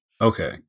Okay